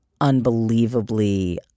unbelievably –